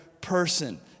person